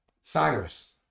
Cyrus